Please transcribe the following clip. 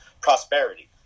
prosperity